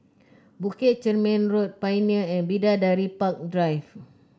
Bukit Chermin Road Pioneer and Bidadari Park Drive